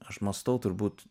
aš mąstau turbūt